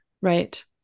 right